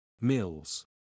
Mills